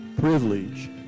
privilege